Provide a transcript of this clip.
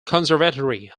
conservatory